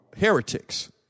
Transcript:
heretics